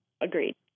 Agreed